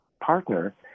partner